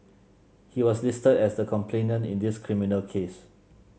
he was listed as the complainant in this criminal case